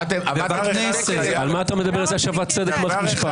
על מה אתה מדבר בהשבת צדק למערכת המשפט?